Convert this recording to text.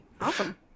Awesome